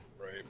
Right